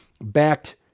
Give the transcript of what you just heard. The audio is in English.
backed